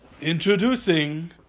Introducing